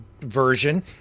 version